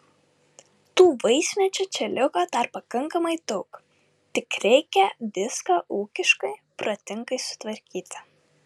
tų vaismedžių čia liko dar pakankamai daug tik reikia viską ūkiškai protingai sutvarkyti